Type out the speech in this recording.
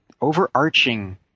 overarching